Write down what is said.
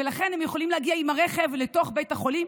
ולכן הם יכולים להגיע עם הרכב לתוך בית החולים